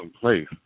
place